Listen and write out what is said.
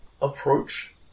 approach